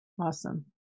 Awesome